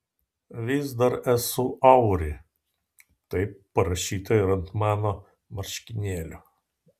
vis dar esu auri taip parašyta ir ant mano marškinėlių